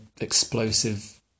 explosive